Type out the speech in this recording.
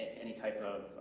any type of